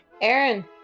Aaron